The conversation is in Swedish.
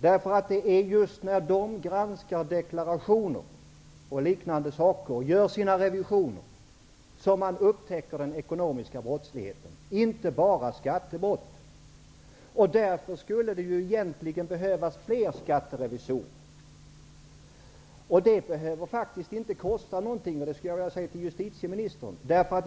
Det är när de granskar deklarationer och gör revisioner som den ekonomiska brottsligheten upptäcks. Det gäller inte bara skattebrott. Därför skulle det egentligen behövas fler skatterevisorer, vilket inte behöver kosta något, justitieministern.